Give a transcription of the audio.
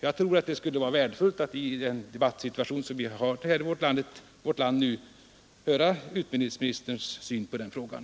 Jag tror att det skulle vara värdefullt att i den debattsituation som vi har i vårt land få höra utbildningsministerns syn på den frågan.